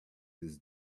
his